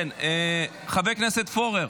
חבר הכנסת פורר,